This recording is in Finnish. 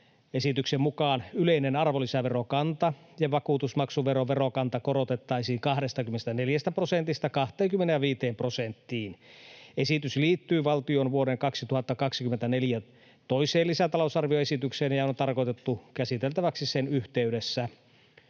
Esityksen mukaan yleinen arvonlisäverokanta ja vakuutusmaksuveron verokanta korotettaisiin 24 prosentista 25,5 prosenttiin. Esitys liittyy valtion vuoden 2024 toiseen lisätalousarvioesitykseen ja on tarkoitettu käsiteltäväksi sen yhteydessä.